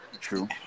true